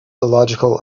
illogical